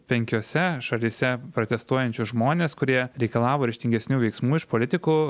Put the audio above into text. penkiose šalyse protestuojančius žmones kurie reikalavo ryžtingesnių veiksmų iš politikų